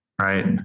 right